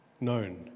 known